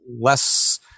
less